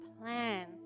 plan